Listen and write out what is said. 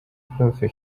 prof